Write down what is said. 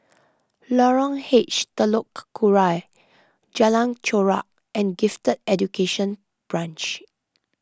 Lorong H Telok Kurau Jalan Chorak and Gifted Education Branch